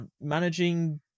managing